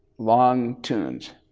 long tunes.